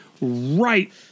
right